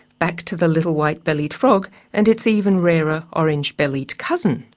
back to the little white-bellied frog and its even rarer orange-bellied cousin,